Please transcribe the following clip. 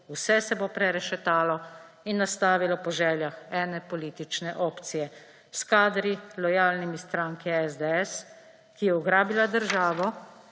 Vse se bo prerešetalo in nastavilo po željah ene politične opcije s kadri, lojalnimi stranki SDS, ki je ugrabila državo,